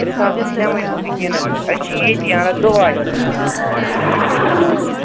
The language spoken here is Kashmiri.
ترٛےٚ ساس حظ دِمَے بہٕ وٕنۍکٮ۪نس أسۍ چھِ ییٚتی اَنان دۄہے